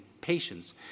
patience